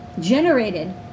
generated